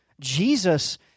Jesus